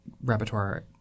repertoire